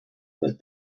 that